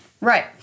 Right